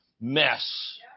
mess